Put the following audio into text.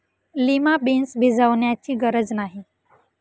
lima beans भिजवण्याची गरज नाही